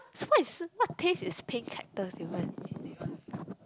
what is what taste is pink cactus even